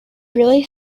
really